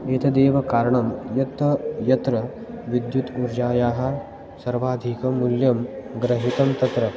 एतदेव कारणं यत् यत्र विद्युत् ऊर्जायाः सर्वाधिकमूल्यं ग्रहीतं तत्र